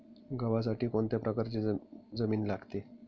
गव्हासाठी कोणत्या प्रकारची जमीन लागते?